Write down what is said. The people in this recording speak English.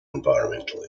environmental